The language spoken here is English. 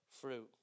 fruit